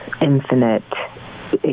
infinite